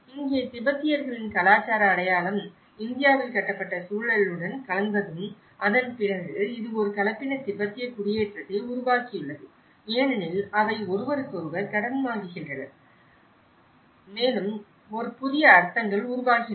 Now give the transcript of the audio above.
இங்கே திபெத்தியர்களின் கலாச்சார அடையாளம் இந்தியாவில் கட்டப்பட்ட சூழலுடன் கலந்ததும் அதன்பிறகு இது ஒரு கலப்பின திபெத்திய குடியேற்றத்தை உருவாக்கியுள்ளது ஏனெனில் அவை ஒருவருக்கொருவர் கடன் வாங்குகின்றன மேலும் ஒரு புதிய அர்த்தங்கள் உருவாகின்றன